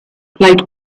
like